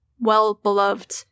well-beloved